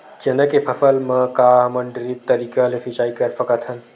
चना के फसल म का हमन ड्रिप तरीका ले सिचाई कर सकत हन?